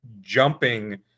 jumping